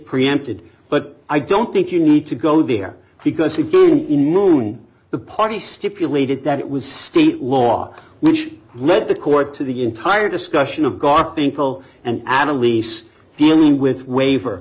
preempted but i don't think you need to go there because again in moon the party stipulated that it was state law which let the court to the entire discussion of garfunkel and adam lease dealing with waiver